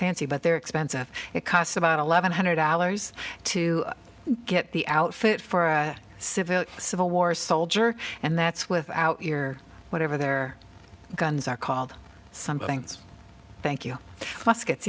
fancy but they're expensive it costs about eleven hundred dollars to get the outfit for a civil civil war soldier and that's without your whatever their guns are called something thank you